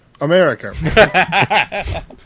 America